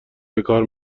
بکار